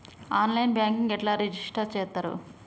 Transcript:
On line banking ఎట్లా register చేత్తరు?